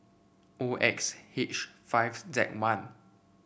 O X H five Z one